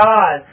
God